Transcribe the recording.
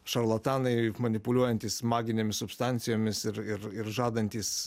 šarlatanai manipuliuojantys maginėmis substancijomis ir ir ir žadantys